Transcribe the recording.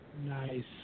Nice